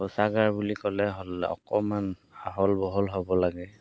শৌচাগাৰ বুলি ক'লে অকণমান আহল বহল হ'ব লাগে